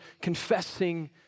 confessing